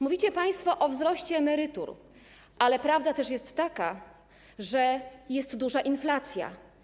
Mówicie państwo o wzroście emerytur, ale prawda też jest taka, że jest duża inflacja.